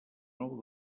nou